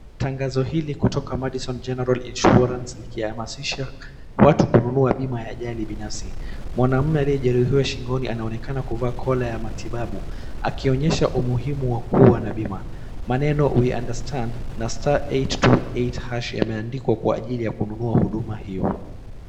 Tangazo hili kutoka Madison General Insurance likihamasisha watu kununua bima ya ajali binafsi. Mwanamume alijeruhiwa shingoni anaonekana kuvaa kola ya matibabu, akionyesha umuhimu wa kuwa na bima. Maneno we understand , na star eight two eight hash yameandikwa kwa ajili ya kununua bima hio.